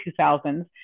2000s